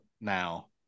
now